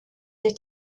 der